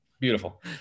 Beautiful